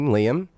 Liam